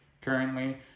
currently